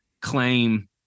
claim